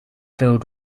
filled